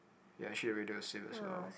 ya actually the radio is same as well